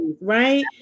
right